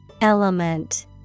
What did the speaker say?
Element